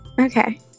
Okay